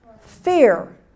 Fear